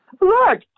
Look